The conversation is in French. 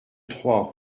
trois